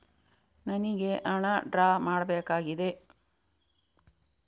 ನನಿಗೆ ಹಣ ಡ್ರಾ ಮಾಡ್ಬೇಕಾಗಿದೆ